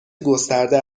گسترده